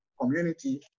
community